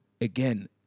again